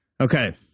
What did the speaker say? Okay